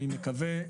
אני מקווה,